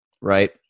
right